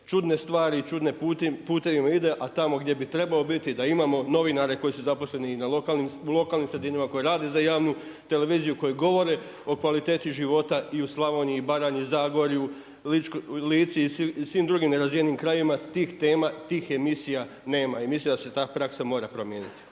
čudne stvari i čudnim putevima ide a tamo gdje bi trebao biti da imamo novinare koji su zaposleni i u lokalnim sredinama koje rade za javnu televiziju, koji govore o kvaliteti života i u Slavoniji i Baranji, Zagorju, Lici i svim drugim nerazvijenim krajevima. Tih tema, tih emisija nema. I mislim da se ta praksa mora promijeniti.